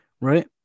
right